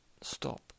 stop